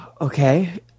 Okay